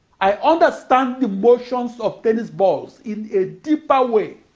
i understand the motions of tennis balls in a deeper way